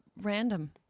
random